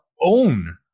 own